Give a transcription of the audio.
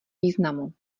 významu